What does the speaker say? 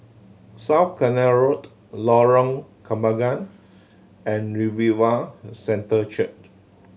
South Canal Road Lorong Kembangan and Revival Centre Church